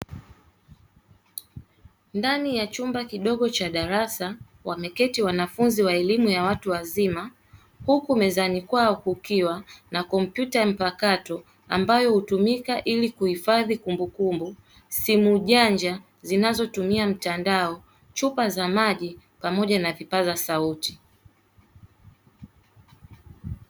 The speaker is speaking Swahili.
Ndani ya chumba kidogo cha darasa, wameketi wanafunzi wa elimu ya watu wazima. Huku mezani kwao kukiwa na kompyuta mpakato ambayo hutumika ili kuhifadhi kumbukumbu, simu janja zinazotumia mtandao, chupa za maji pamoja na vipaza sauti.